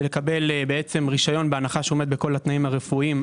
ולקבל רשיון בהנחה שעומד בכל התנאים הרפואיים,